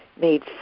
made